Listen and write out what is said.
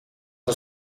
een